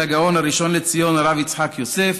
הגאון הראשון לציון הרב יצחק יוסף,